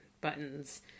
buttons